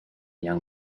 young